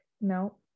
no